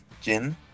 gin